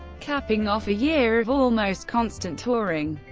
capping off a year of almost constant touring.